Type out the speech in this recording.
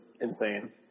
insane